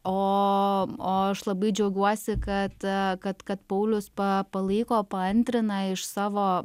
o o aš labai džiaugiuosi kad kad kad paulius pa palaiko paantrina iš savo